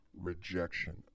rejection